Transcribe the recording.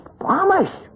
promise